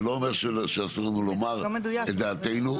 זה לא אומר שאסור לנו לומר את דעתנו.